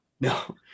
No